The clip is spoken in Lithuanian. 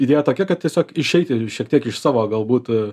idėja tokia kad tiesiog išeiti šiek tiek iš savo galbūt